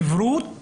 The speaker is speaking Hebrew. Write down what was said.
עברות